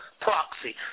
proxy